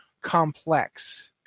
complex